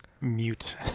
mute